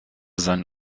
seinen